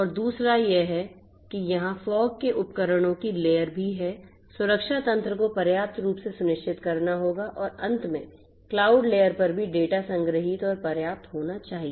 और दूसरा यह है कि यहां फोग के उपकरणों की लेयर भी है सुरक्षा तंत्र को पर्याप्त रूप से सुनिश्चित करना होगा और अंत में क्लाउड लेयर पर भी डेटा संग्रहीत और पर्याप्त होना चाहिए